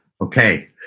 okay